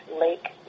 Lake